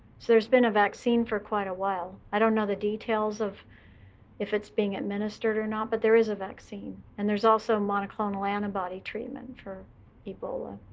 so there's been a vaccine for quite a while. i don't know the details of if it's being administered or not, but there is a vaccine. and there's also a monoclonal antibody treatment for ebola.